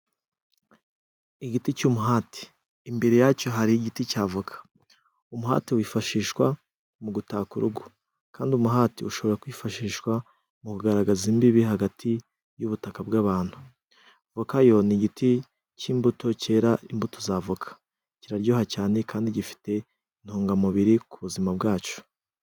Igiti cy'umuhati .Imbere yacyo hari igiti cy' avoka .Umuhati wifashishwa mu gutaka urugo kandi umuhati ushobora kwifashishwa mu kugaragaza imbibi hagati y'ubutaka bw'abantu. Voka yo ni igiti cy'imbuto cyera imbuto za voka. Kiraryoha cyane kandi gifite intungamubiri k'ubuzima bwacu.